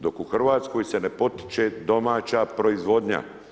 Dok u Hrvatskoj se ne potiče domaća proizvodnja.